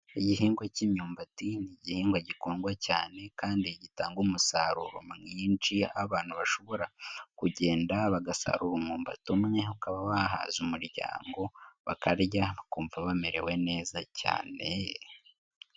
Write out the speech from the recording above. Igihingwa cy'imyumbati ni igihingwa gikundwa cyane kandi gitanga umusaruro mwinji aho abantu bashobora kugenda bagasarura umwumbati umwe ukaba wahaza umuryango bakaryakumva bamerewe neza cyane.